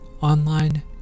online